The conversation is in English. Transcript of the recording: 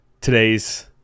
today's